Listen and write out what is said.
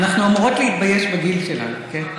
אנחנו אמורות להתבייש בגיל שלנו, כן?